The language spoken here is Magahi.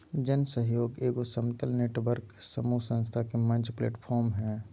जन सहइोग एगो समतल नेटवर्क समूह संस्था के मंच प्लैटफ़ार्म हइ